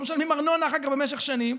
לא משלמים ארנונה אחר כך במשך שנים.